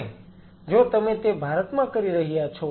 અને જો તમે તે ભારતમાં કરી રહ્યા છો